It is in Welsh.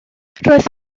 roedd